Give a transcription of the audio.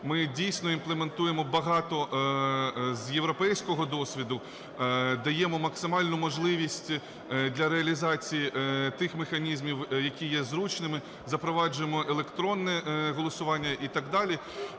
Ми дійсно імплементуємо багато з європейського досвіду, даємо максимальну можливість для реалізації тих механізмів, які є зручними, запроваджуємо електронне голосування і так далі.